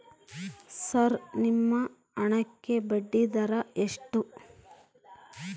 Sir ನಿಮ್ಮ ಹಣಕ್ಕೆ ಬಡ್ಡಿದರ ಎಷ್ಟು?